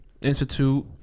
Institute